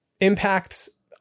impacts